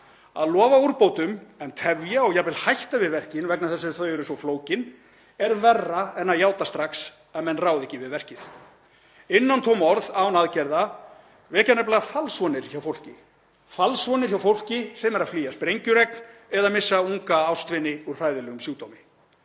Að lofa úrbótum en tefja og jafnvel hætta við verkin vegna þess að þau eru svo flókin er verra en að játa strax að menn ráði ekki við verkið. Innantóm orð án aðgerða vekja nefnilega falsvonir hjá fólki sem er að flýja sprengjuregn eða missa unga ástvini úr hræðilegum sjúkdómi.